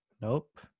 Nope